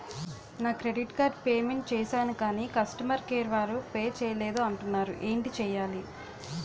నా credit card payment చేసాను కాని కస్టమర్ కేర్ వారు పే చేయలేదు అంటున్నారు ఏంటి చేయాలి?